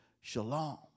shalom